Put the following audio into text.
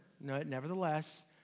nevertheless